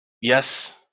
Yes